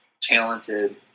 talented